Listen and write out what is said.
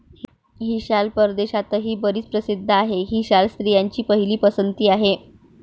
ही शाल परदेशातही बरीच प्रसिद्ध आहे, ही शाल स्त्रियांची पहिली पसंती आहे